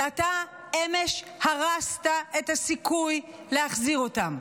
ואתה אמש הרסת את הסיכוי להחזיר אותם.